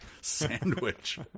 sandwich